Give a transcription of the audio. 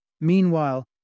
Meanwhile